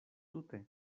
tute